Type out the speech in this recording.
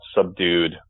subdued